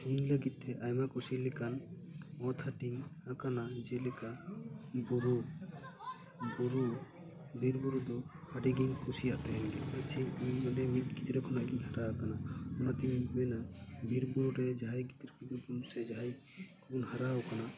ᱤᱧ ᱞᱟᱹᱜᱤᱫ ᱛᱮ ᱟᱭᱢᱟ ᱠᱩᱥᱤ ᱞᱮᱠᱟᱱ ᱢᱩᱫᱽ ᱦᱟᱹᱴᱤᱧ ᱟᱠᱟᱱᱟ ᱡᱮᱞᱮᱠᱟ ᱵᱩᱨᱩ ᱵᱩᱨᱩ ᱵᱤᱨᱵᱩᱨᱩ ᱫᱚ ᱟᱹᱰᱤᱜᱮᱧ ᱠᱩᱥᱤᱭᱟᱜ ᱛᱟᱦᱮᱱᱟ ᱪᱮᱫᱟᱜ ᱥᱮ ᱤᱧ ᱚᱸᱰᱮ ᱢᱤᱫᱜᱤᱫᱽᱨᱟᱹ ᱠᱷᱚᱱᱟᱜ ᱜᱮᱧ ᱦᱟᱨᱟ ᱟᱠᱟᱱᱟ ᱚᱱᱟᱛᱮᱧ ᱢᱮᱱᱟ ᱵᱤᱨᱵᱩᱨᱩ ᱨᱮ ᱡᱟᱦᱟᱸᱭ ᱜᱤᱫᱽᱨᱟᱹ ᱥᱮ ᱡᱟᱦᱟᱸᱭ ᱠᱚᱵᱚᱱ ᱦᱟᱨᱟ ᱟᱠᱟᱱᱟ